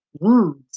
wounds